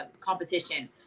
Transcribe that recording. competition